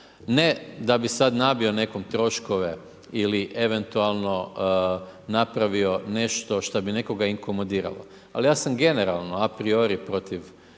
ne da bi nabio sada nekom troškove ili eventualno napravio nešto što bi nekoga inkomodiralo. Ali ja sam generalno a priori protiv